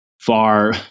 far